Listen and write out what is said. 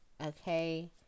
Okay